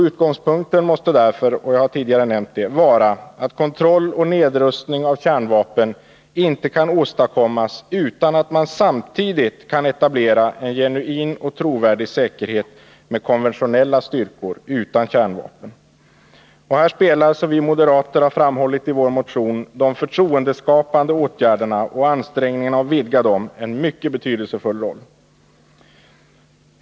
Utgångspunkten måste därför — som jag tidigare nämnt — vara att kontroll och nedrustning av kärnvapen inte kan åstadkommas utan att samtidigt en genuin och trovärdig säkerhet kan etableras ined konventionella styrkor utan kärnvapen. Här spelar — som vi moderater har framhållit i vår motion — de förtroendeskapande åtgärderna och ansträngningarna att vidga dem en mycket betydelsefull roll.